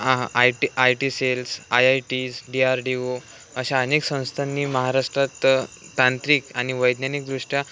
a I T I T cells IITs D R D O अशा अनेक संस्थांनी महाराष्ट्रात तांत्रिक आणि वैज्ञानिकदृष्ट्या